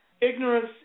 ignorance